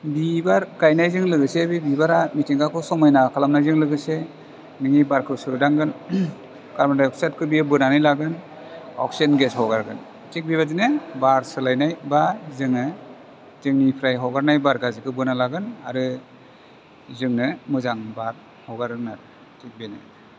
बिबार गायनायजों लोगोसे बे बिबारा मिथिंगाखौ समायना खालामनायजों लोगोसे नोंनि बारखौ सोदांगोन कार्बनडाइ अक्साइडखौ बियो बोनानै लागोन अक्सिजेन गेस हगारगोन थिक बे बादिनो बार सोलाइनाय बा जोङो जोंनिफ्राइ हगारनाय बार गाज्रिखौ बोनानै लागोन आरो जोंनो मोजां बार हगारगोन आरो थिक बेनो